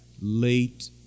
late